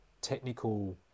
technical